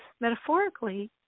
metaphorically